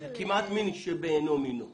זה כמעט מין בשאינו מינו.